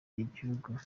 igihugu